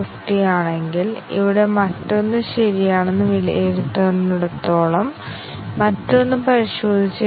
ശാഖ കവറേജ് അല്ലെങ്കിൽ തീരുമാന കവറേജ് ആണ് ഏറ്റവും ശക്തമായ പരിശോധന